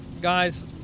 guys